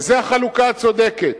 וזו החלוקה הצודקת.